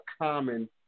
common